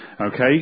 Okay